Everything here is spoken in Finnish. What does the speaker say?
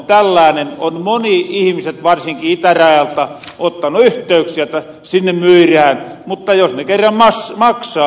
on monet ihmiset varsinkin itärajalta ottanu yhteyksiä että sinne myyrään mutta jos ne kerran maksaa